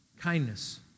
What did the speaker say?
kindness